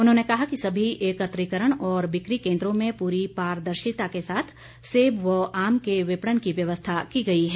उन्होंने कहा कि सभी एकत्रीकरण और बिकी केंद्रों में पूरी पारदर्शिता के साथ सेब व आम के विपणन की व्यवस्था की गई है